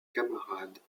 camarades